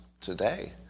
today